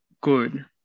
good